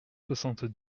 soixante